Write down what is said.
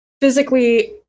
physically